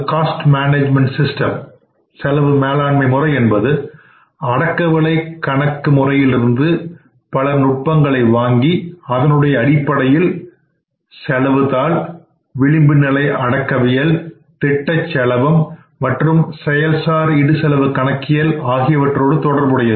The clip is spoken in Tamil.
காஸ்ட் மேனேஜ்மென்ட் சிஸ்டம் முறை என்பது காஸ்ட் ஆக்கவுண்டிங் முறையிலிருந்து பல நுட்பங்களை வாங்கி அதனுடைய அடிப்படையில் காஸ்ட் ஷீட் செலவுதாள் மார்ஜினல் காஸ்டிங் ஸ்டாண்டர்டு காஸ்டிங் மற்றும் செயல்சார் இடுசெலவு கணக்கியல் ஆகியவற்றோடு தொடர்புடையது